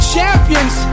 Champions